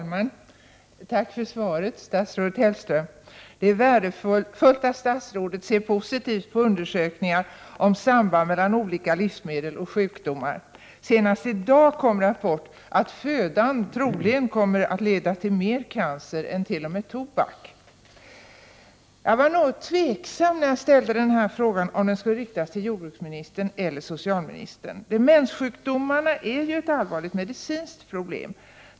Herr talman! Tack för svaret, statsrådet Hellström. Det är värdefullt att statsrådet ser positivt på undersökningen om sambandet mellan olika livsmedel och sjukdomar. Senast i dag kom en rapport om att födan troligen leder till mer cancersjukdomar än t.o.m. tobak. Jag var när jag ställde frågan något tveksam om den skulle riktas till jordbruksministern eller socialministern. Demenssjukdomar är ju ett allt vanligare medicinskt problem.